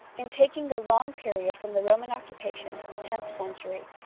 in taking the long period from the roman occupation to the tenth century,